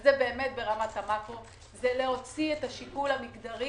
וזה באמת ברמת המקרו להוציא את השיקול המגדרי